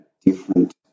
different